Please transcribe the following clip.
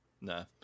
No